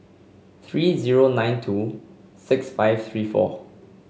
three zero nine two six five three four